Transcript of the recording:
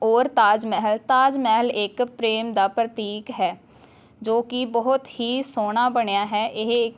ਔਰ ਤਾਜ ਮਹਿਲ ਤਾਜ ਮਹਿਲ ਇੱਕ ਪ੍ਰੇਮ ਦਾ ਪ੍ਰਤੀਕ ਹੈ ਜੋ ਕਿ ਬਹੁਤ ਹੀ ਸੋਹਣਾ ਬਣਿਆ ਹੈ ਇਹ